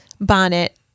Bonnet